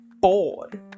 bored